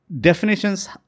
definitions